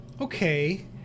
Okay